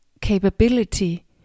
capability